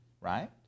right